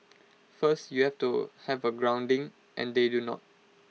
first you have to have A grounding and they do not